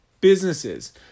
businesses